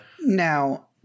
Now